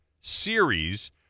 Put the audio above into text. series